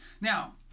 Now